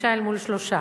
חמישה אל מול שלושה.